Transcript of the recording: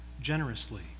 generously